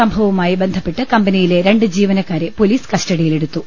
സംഭവവുമായി ബന്ധപ്പെട്ട് കമ്പനിയിലെ രണ്ട് ജീവന ക്കാരെ പൊലീസ് കസ്റ്റഡിയിലെടുത്തു